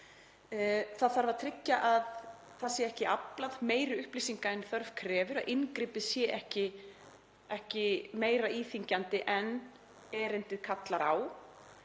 Það þarf að tryggja að ekki sé aflað meiri upplýsinga en þörf krefur, að inngripið sé ekki meira íþyngjandi en erindið kallar á